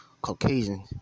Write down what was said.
Caucasian